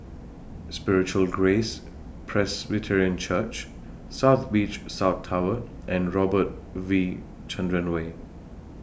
Spiritual Grace Presbyterian Church South Beach South Tower and Robert V Chandran Way